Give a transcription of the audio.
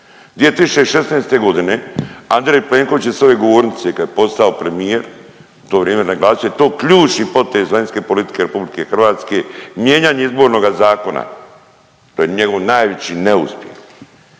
2016.g. Andrej Plenković je s ove govornice kad je postao premijer u to vrijeme naglasio da je to ključni potez vanjske politike RH, mijenjanje Izbornoga zakona, to je njegov najveći neuspjeh.